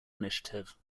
initiative